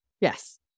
Yes